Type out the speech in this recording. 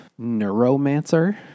Neuromancer